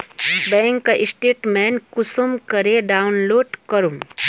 Bank statement कुंसम करे download करूम?